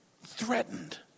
threatened